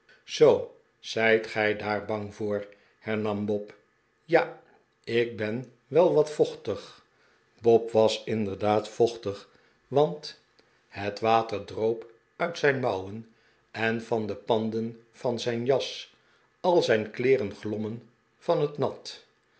zoo zijt gij daar bang voor hernam bob ja ik ben wel wat vochtig bob was inderdaad vochtig want het water droop uit zijn mouwen en van de panden van zijn jasj al zijn kleeren glommen van het nat